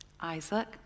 isaac